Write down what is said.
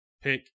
pick